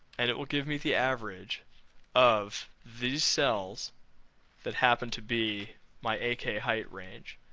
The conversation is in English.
and it will give me the average of these cells that happen to be my akheight range